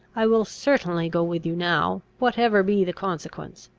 i will certainly go with you now, whatever be the consequence.